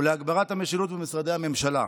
ולהגברת המשילות במשרדי הממשלה.